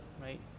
right